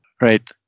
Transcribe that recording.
Right